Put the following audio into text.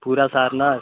पूरा सरनाथ